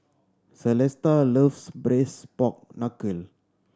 Celesta loves braise pork knuckle